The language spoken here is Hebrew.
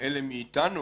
אלה מאתנו